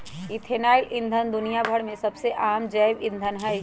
ethanol ईंधन दुनिया भर में सबसे आम जैव ईंधन हई